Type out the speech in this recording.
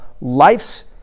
life's